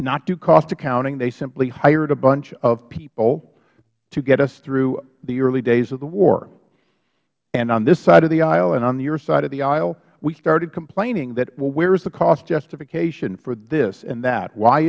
not do cost accounting they simply hired a bunch of people to get us through the early days of the war and on this side of the aisle and on your side of the aisle we started complaining that well where is the cost justification for this and that why